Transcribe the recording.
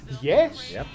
Yes